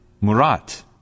Murat